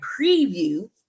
preview